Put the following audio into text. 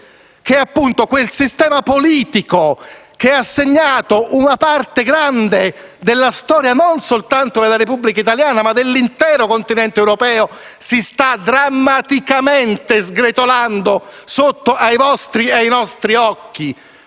che quel sistema politico che ha segnato una grande parte della storia, e non soltanto della Repubblica italiana ma dell'intero continente europeo, si sta drammaticamente sgretolando sotto ai vostri e ai nostri occhi?